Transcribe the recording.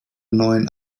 neuen